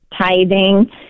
tithing